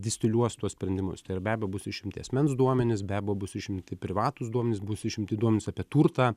distiliuotos tuos sprendimus tai yra be abejo bus išimti asmens duomenys be abejo bus išimti privatūs duomenys bus išimti duomenys apie turtą